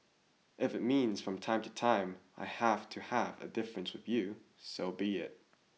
if that means from time to time I have to have a difference with you so be it